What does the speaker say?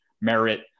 merit